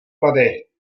tady